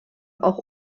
auch